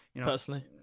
personally